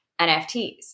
NFTs